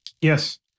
Yes